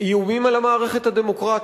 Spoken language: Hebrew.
איומים על המערכת הדמוקרטית.